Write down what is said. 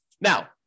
now